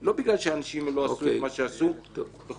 לא בגלל שאנשים לא עשו את מה שעשו וכולי.